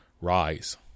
Rise